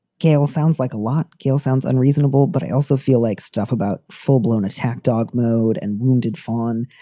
gail, sounds like a lot. gail sounds unreasonable, but i also feel like stuff about full blown attack dog mode and wounded. fawn,